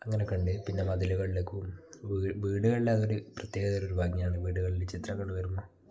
അങ്ങനൊയൊക്കെയുണ്ട് പിന്നെ മതിലുകളിലേക്കും വീടുകളിൽ അതൊരു പ്രത്യേകതരം ഒരു ഭംഗിയാണ് വീടുകളിൽ ചിത്രങ്ങൾ വരുന്ന